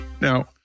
Now